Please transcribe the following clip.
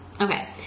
okay